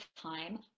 time